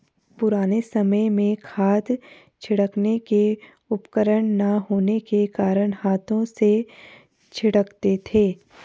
पुराने समय में खाद छिड़कने के उपकरण ना होने के कारण हाथों से छिड़कते थे